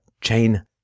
chain